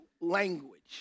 language